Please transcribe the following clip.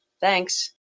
Thanks